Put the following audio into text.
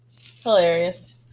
hilarious